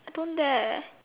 I don't dare